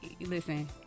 listen